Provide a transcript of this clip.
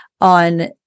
on